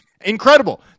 incredible